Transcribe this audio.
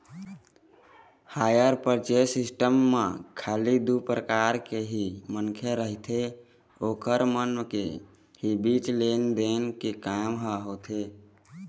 hire purchase system म खाली दू परकार के ही मनखे रहिथे ओखर मन के ही बीच लेन देन के काम ह होथे